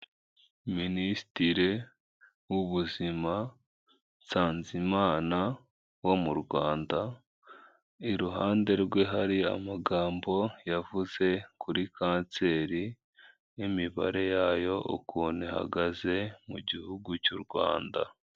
Minisitiri w'ubuzima Nsanzimana wo mu Rwanda, iruhande rwe hari amagambo yavuze kuri kanseri n'imibare yayo ukuntu ihagaze mu Gihugu cy'u Rwanda.